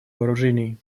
вооружений